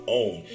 own